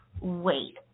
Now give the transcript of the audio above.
wait